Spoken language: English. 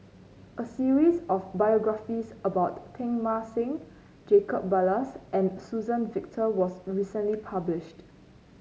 a series of biographies about Teng Mah Seng Jacob Ballas and Suzann Victor was recently published